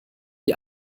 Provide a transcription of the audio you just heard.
die